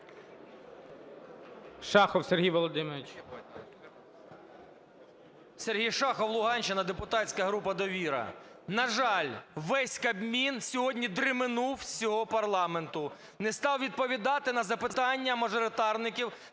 Шахов Сергій Володимирович.